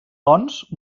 doncs